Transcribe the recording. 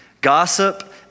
Gossip